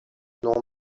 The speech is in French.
nom